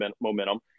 momentum